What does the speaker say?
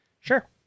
Sure